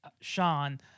Sean